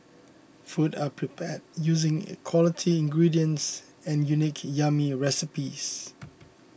food are prepared using quality ingredients and unique yummy recipes